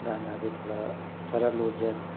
गाना बि थोरा सरल हुजनि